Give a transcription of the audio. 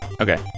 Okay